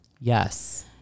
Yes